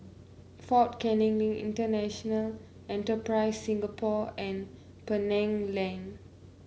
Fort Canning Link International Enterprise Singapore and Penang Lane